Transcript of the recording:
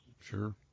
Sure